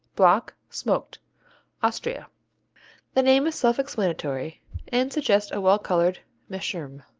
block, smoked austria the name is self-explanatory and suggests a well-colored meerschaum.